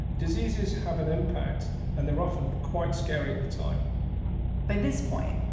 diseases have an impact and they're often quite scary at the time by this point,